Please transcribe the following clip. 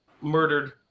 murdered